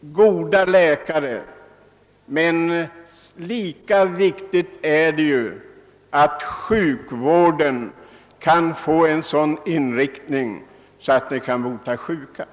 goda läkare samt att sjukvården får en sådan inriktning att sjuka verkligen kan botas.